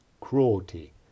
cruelty